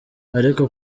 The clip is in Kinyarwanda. ariko